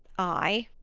ay.